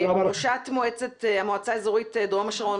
ראשת המועצה האזורית דרום השרון,